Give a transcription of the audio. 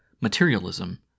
materialism